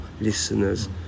listeners